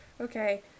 Okay